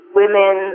women